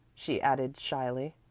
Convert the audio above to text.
she added shyly.